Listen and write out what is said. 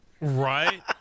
Right